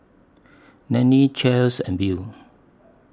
Nannie Chace and Beau